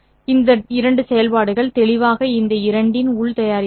இந்த 2 செயல்பாடுகள் தெளிவாக இந்த இரண்டின் உள் தயாரிப்பு ஆகும்